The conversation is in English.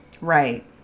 Right